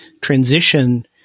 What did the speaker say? transition